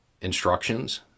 instructions